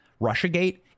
Russiagate